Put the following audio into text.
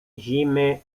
zimy